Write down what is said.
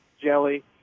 jelly